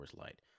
Light